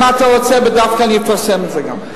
אם אתה רוצה בדווקא, אני אפרסם את זה גם,